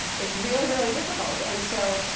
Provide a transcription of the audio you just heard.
it's really, really difficult. and so